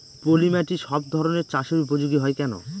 পলিমাটি সব ধরনের চাষের উপযোগী হয় কেন?